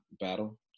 battle